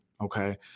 Okay